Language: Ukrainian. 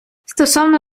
стосовно